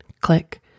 Click